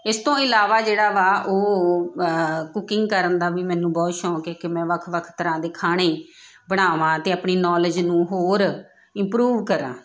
ਇਸ ਤੋਂ ਇਲਾਵਾ ਜਿਹੜਾ ਵਾ ਉਹ ਕੁਕਿੰਗ ਕਰਨ ਦਾ ਵੀ ਮੈਨੂੰ ਬਹੁਤ ਸ਼ੌਂਕ ਹੈ ਕਿ ਮੈਂ ਵੱਖ ਵੱਖ ਤਰ੍ਹਾਂ ਦੇ ਖਾਣੇ ਬਣਾਵਾਂ ਅਤੇ ਆਪਣੀ ਨੌਲੇਜ ਨੂੰ ਹੋਰ ਇੰਪਰੂਵ ਕਰਾਂ